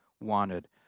wanted